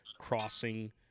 crossing